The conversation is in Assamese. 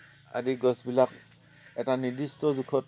আদি গছবিলাক এটা নিৰ্দিষ্ট জোখত